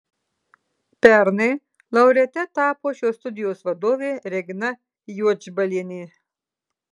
pernai laureate tapo šios studijos vadovė regina juodžbalienė